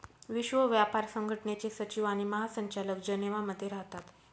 विश्व व्यापार संघटनेचे सचिव आणि महासंचालक जनेवा मध्ये राहतात